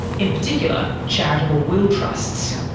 in particular charitable will trusts.